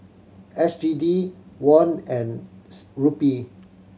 S G D Won and Rupee